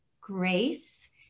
grace